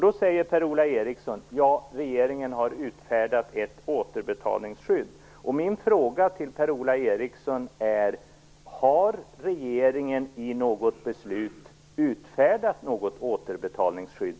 Nu säger Per-Ola Eriksson att regeringen har utfärdat ett återbetalningsskydd.